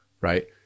right